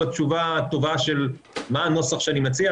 בתשובה הטובה של מה הנוסח שאני מציע.